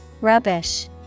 Rubbish